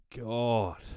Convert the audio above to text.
God